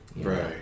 Right